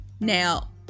now